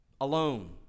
Alone